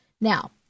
Now